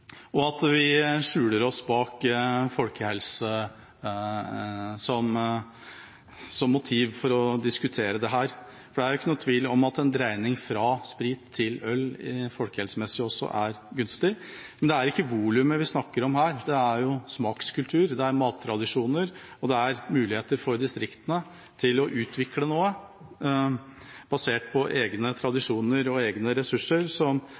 og at vi skjuler oss bak «folkehelse» som motiv for å diskutere dette, for det er jo ingen tvil om at en dreining fra sprit til øl også er gunstig folkehelsemessig. Men det er ikke volumet vi snakker om her; det er smakskultur, mattradisjoner og muligheter for distriktene til å utvikle noe basert på egne tradisjoner og egne ressurser, som